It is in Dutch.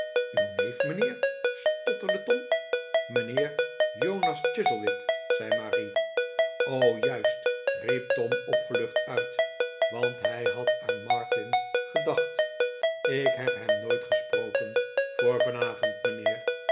uw neef mijnheer stotterde tom mijnheer jonas chuzzlewit zei marie juist riep tom opgelucht uit want hij had aan martin gedacht ik heb hem nooit gesproken voor vanavond mijnheer